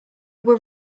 were